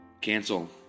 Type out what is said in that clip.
Cancel